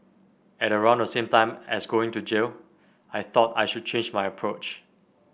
at around the same time as going to jail I thought I should change my approach